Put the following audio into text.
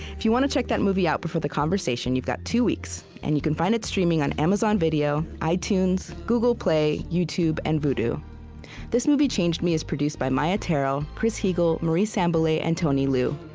if you want to check that movie out before the conversation, you've got two weeks, and you can find it streaming on amazon video, itunes, googleplay, youtube, and vudu this movie changed me is produced by maia tarrell, chris heagle, marie sambilay, and tony liu,